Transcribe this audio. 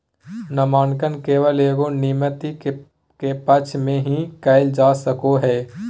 नामांकन केवल एगो नामिती के पक्ष में ही कइल जा सको हइ